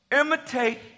Imitate